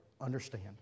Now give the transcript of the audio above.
understand